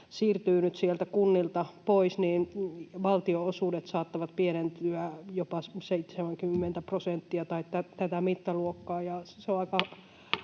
kunnilta pois, niin valtionosuudet saattavat pienentyä jopa 70 prosenttia tai tässä mittaluokassa?